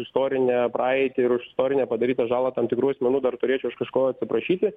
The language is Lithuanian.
istorinę praeitį ir už istorinę padarytą žalą tam tikrų asmenų dar turėčiau aš kažko atsiprašyti